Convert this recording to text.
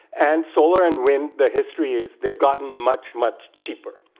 and solar and wind, the history is they've gotten much, much cheaper.